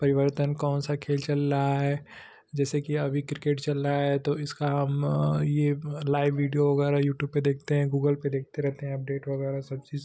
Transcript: परिवर्तन कौन सा खेल चल रहा है जैसे कि अभी क्रिकेट चल रहा है तो इसका ये लाइव वीडियो वगैरह यूटूब में देखते हैं गूगल पे देखते रहेते हैं अपडेट वगैरह सब चीज़